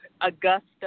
Augusta